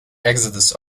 exodus